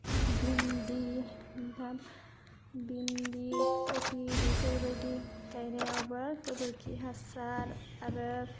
भिन्दि ओमफ्राय भिन्दि खफि बेफोरबायदि गायनायावबो गोबोरखि हासार आरो